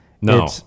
No